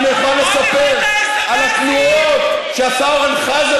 ואני מוכן לספר על התנועות שעשה אורן חזן